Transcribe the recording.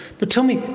but tell me,